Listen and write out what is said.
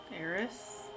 Eris